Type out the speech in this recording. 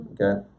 Okay